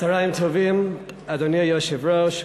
אדוני היושב-ראש,